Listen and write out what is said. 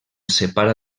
separa